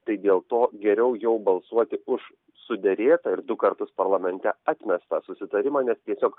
tai dėl to geriau jau balsuoti už suderėtą ir du kartus parlamente atmestą susitarimą nes tiesiog